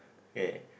K